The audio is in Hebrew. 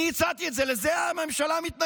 אני הצעתי את זה, לזה הממשלה מתנגדת,